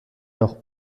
noch